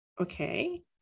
okay